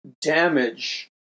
damage